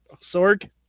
Sorg